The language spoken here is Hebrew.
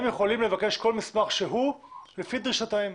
הם יכולים לבקש כל מסמך שהוא לפי דרישתם.